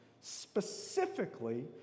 specifically